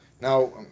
Now